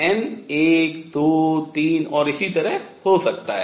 n 1 2 3 और इसी तरह हो सकता है